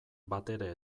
batere